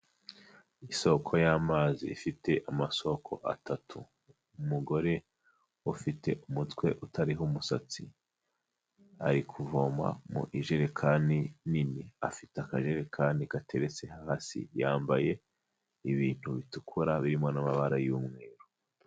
Isoko y'amazi ifite amasoko atatu. Umugore ufite umutwe utariho umusatsi ari kuvoma mu ijerekani nini, afite akajerekani gateretse hasi, yambaye ibintu bitukura birimo n'amabara y'umweru.